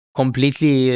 completely